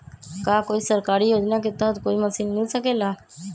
का कोई सरकारी योजना के तहत कोई मशीन मिल सकेला?